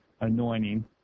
anointing